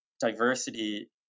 diversity